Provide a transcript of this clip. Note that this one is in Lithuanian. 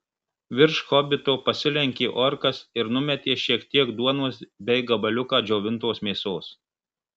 virš hobito pasilenkė orkas ir numetė šiek tiek duonos bei gabaliuką džiovintos mėsos